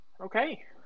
Okay